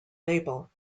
label